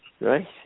Right